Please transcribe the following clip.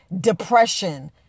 depression